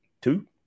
two